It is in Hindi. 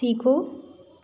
सीखो